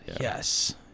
Yes